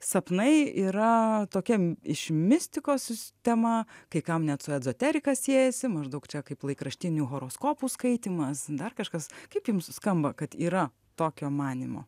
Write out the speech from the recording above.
sapnai yra tokia iš mistikos tema kai kam net su ezoterika siejasi maždaug čia kaip laikraštinių horoskopų skaitymas dar kažkas kaip jums skamba kad yra tokio manymo